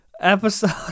episode